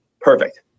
perfect